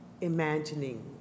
imagining